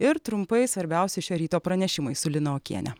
ir trumpai svarbiausi šio ryto pranešimai su lina okiene